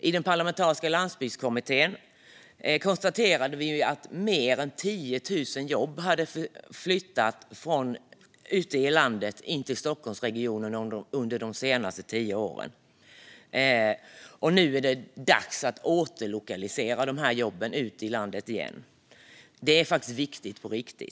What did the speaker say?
I Parlamentariska landsbygdskommittén konstaterade vi att mer än 10 000 statliga jobb hade flyttat från övriga landet in till Stockholmsregionen under de senaste tio åren. Nu är det dags att återlokalisera dem ut i landet. Det är viktigt på riktigt.